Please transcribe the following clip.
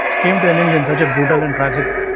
came to an end in such a brutal and tragic